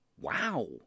Wow